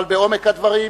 אבל בעומק הדברים,